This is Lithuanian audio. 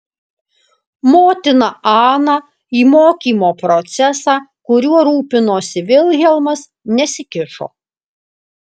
motina ana į mokymo procesą kuriuo rūpinosi vilhelmas nesikišo